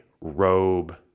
robe